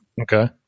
Okay